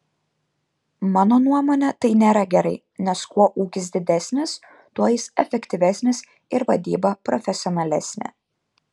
mano nuomone tai nėra gerai nes kuo ūkis didesnis tuo jis efektyvesnis ir vadyba profesionalesnė